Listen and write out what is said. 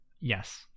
yes